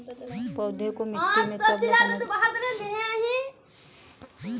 पौधें को मिट्टी में कब लगाना चाहिए?